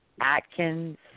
Atkins